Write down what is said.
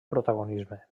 protagonisme